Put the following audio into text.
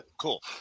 Cool